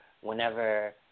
whenever